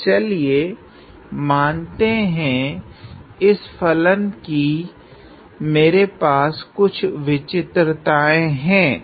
तो चलिए मानते हैं की इस फलन की मेरे पास कुछ विचित्रताएँ हैं